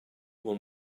will